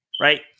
Right